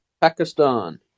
Pakistan